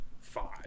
five